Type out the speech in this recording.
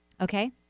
Okay